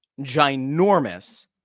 ginormous